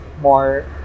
more